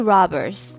Robbers